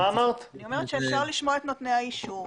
אפשר לשמוע את נותני האישור.